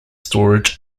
storage